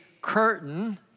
curtain